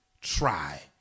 try